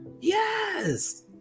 Yes